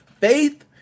faith